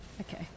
Okay